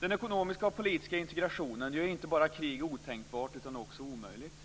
Den ekonomiska och politiska integrationen gör inte bara krig otänkbart utan också omöjligt.